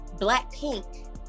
blackpink